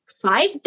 five